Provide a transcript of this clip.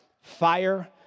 fire